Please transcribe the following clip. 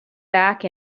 back